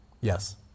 Yes